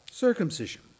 Circumcision